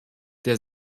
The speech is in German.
der